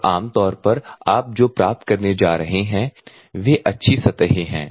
और आम तौर पर आप जो प्राप्त करने जा रहे हैं वे अच्छी सतहें हैं